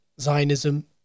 Zionism